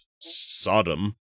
Sodom